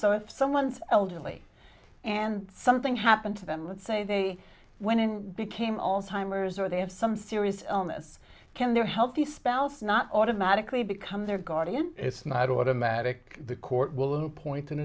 if someone's elderly and something happened to them let's say they went and became all timers or they have some serious illness can their healthy spouse not automatically become their guardian it's not automatic the court will point